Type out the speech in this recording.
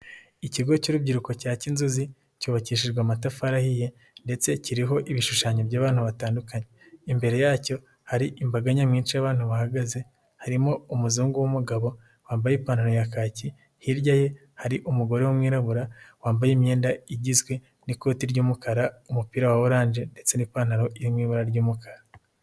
Ikigo cy'urubyiruko cya Kinzuzi cyubakishijwe amatafari ahiye ndetse kiriho ibishushanyo by'abantu batandukanye. Imbere yacyo hari imbaga nyamwinshi y'abantu bahagaze harimo umuzungu w'umugabo, wambaye ipantaro ya kaki, hirya ye hari umugore w'umwirabura wambaye imyenda igizwe n'ikoti ry'umukara, umupira wa orange ndetse n'ipantaro iri mu ibara ry'umukara.